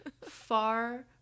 far